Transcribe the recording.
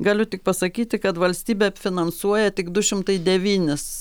galiu tik pasakyti kad valstybė finansuoja tik du šimtai devynis